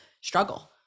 struggle